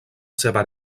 seva